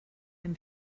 hem